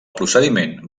procediment